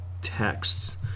texts